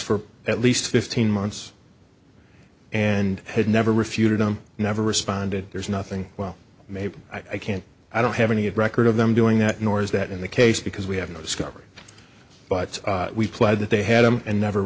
for at least fifteen months and had never refuted um you never responded there's nothing well maybe i can't i don't have any record of them doing that nor is that in the case because we have no discovery but we pled that they had them and never